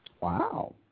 Wow